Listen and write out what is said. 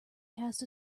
cast